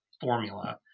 formula